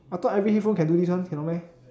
I thought every headphone can do this one cannot meh